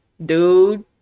Dude